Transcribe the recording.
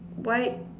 white